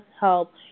help